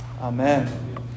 amen